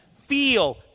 Feel